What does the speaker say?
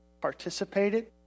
participated